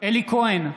אלי כהן,